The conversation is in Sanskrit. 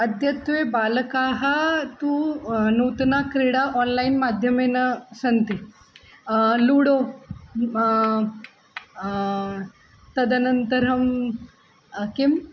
अद्यत्वे बालकाः तु नूतना क्रीडा आन्लैन् माध्यमेन सन्ति लूडो तदनन्तरं किम्